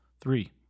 Three